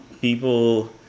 people